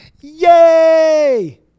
yay